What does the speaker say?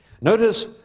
Notice